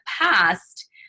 past